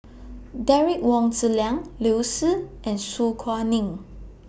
Derek Wong Zi Liang Liu Si and Su Guaning